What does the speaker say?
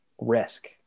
risk